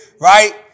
Right